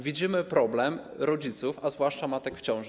Widzimy problem rodziców, a zwłaszcza matek w ciąży.